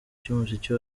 cy’umuziki